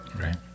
Right